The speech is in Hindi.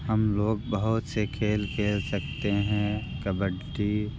हम लोग बहुत से खेल खेल सकते हैं कबड्डी